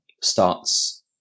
starts